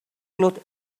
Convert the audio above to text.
cloth